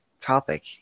topic